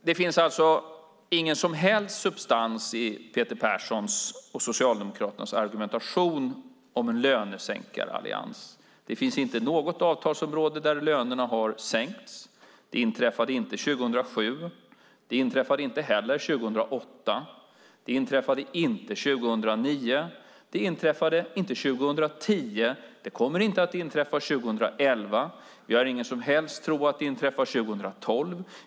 Det finns alltså ingen som helst substans i Peter Perssons och Socialdemokraternas argumentation om en lönesänkarallians. Det finns inte något avtalsområde där lönerna har sänkts. Det inträffade inte 2007. Det inträffade inte heller 2008. Det inträffade inte 2009. Det inträffade inte 2010. Det kommer inte att inträffa 2011. Vi har ingen som helst tro att det inträffar 2012.